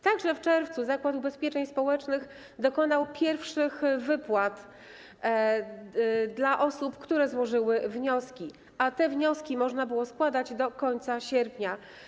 Także w czerwcu Zakład Ubezpieczeń Społecznych dokonał pierwszych wypłat dla osób, które złożyły wnioski, a te wnioski można było składać do końca sierpnia.